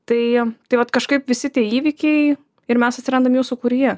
tai tai vat kažkaip visi tie įvykiai ir mes atsirandam jų sūkuryje